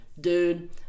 Dude